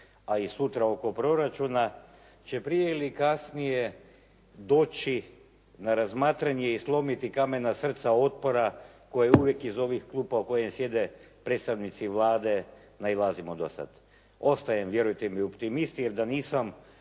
a i sutra oko proračuna će prije ili kasnije doći na razmatranje i slomiti kamena srca otpora koje uvijek iz ovih klupa u kojima sjede predstavnici Vlade nailazimo do sada. Ostajem vjerujte mi optimist, jer da nisam